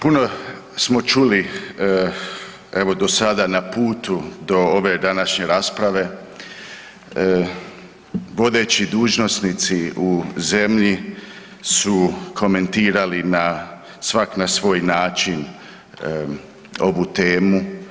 Puno smo čuli evo do sada na putu do ove današnje rasprave, vodeći dužnosnici u zemlji su komentirali na, svak na svoj način ovu temu.